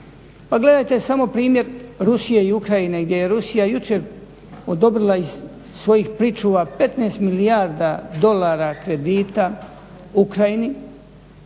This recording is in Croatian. Pa gledajte samo primjer Rusije i Ukrajine gdje je Rusija jučer odobrila iz svojih pričuva 15 milijardi dolara kredita Ukrajini,